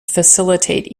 facilitate